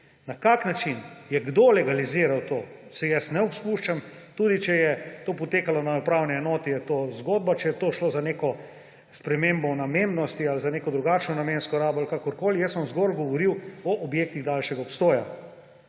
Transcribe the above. Na kakšen način je kdo legaliziral to, se jaz ne spuščam, tudi če je to potekalo na upravni enoti, je to zgodba. Če je šlo pri tem za neko spremembo namembnosti ali za neko drugačno namensko rabo ali kakorkoli, jaz sem zgolj govoril o objektih daljšega obstoja.